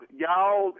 y'all